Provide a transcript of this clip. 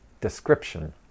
description